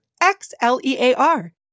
X-L-E-A-R